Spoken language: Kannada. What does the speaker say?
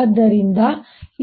ಆದ್ದರಿಂದ